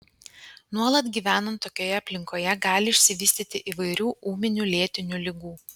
nuolat gyvenant tokioje aplinkoje gali išsivystyti įvairių ūminių lėtinių ligų